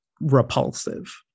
repulsive